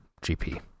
GP